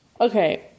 Okay